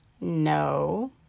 No